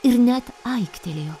ir net aiktelėjo